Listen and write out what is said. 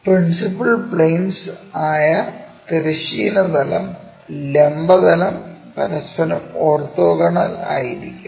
principal plains ആയ തിരശ്ചീന തലം ലംബ തലം പരസ്പരം ഓർത്തോഗോണൽ ആയിരിക്കും